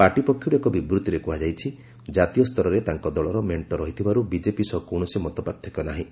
party ପକ୍ଷରୁ ଏକ ବିବୃତିରେ କୁହାଯାଇଛି ଯେ ଜାତୀୟ ସ୍ତରରେ ତାଙ୍କ ଦଳର ମେଣ୍ଟ ରହିଥିବାରୁ ବିଜେପି ସହ କୌଣସି ମତପାର୍ଥକ୍ୟ ନାହିଁ